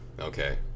Okay